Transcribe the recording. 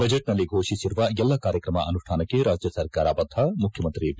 ಬಜೆಟ್ನಲ್ಲಿ ಘೋಷಿಸಿರುವ ಎಲ್ಲ ಕಾರ್ಯಕ್ರಮ ಅನುಷ್ಯಾನಕ್ಕೆ ರಾಜ್ಯ ಸರ್ಕಾರ ಬದ್ಧ ಮುಖ್ಯಮಂತ್ರಿ ಬಿ